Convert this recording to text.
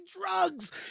drugs